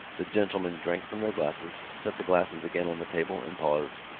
the gentlemen drank from their glasses, set the glasses again on the table and paused.